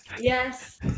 Yes